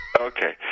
Okay